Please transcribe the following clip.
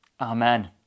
Amen